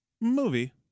Movie